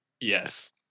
Yes